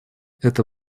это